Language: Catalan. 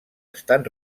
estan